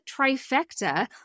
trifecta